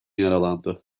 yaralandı